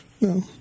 No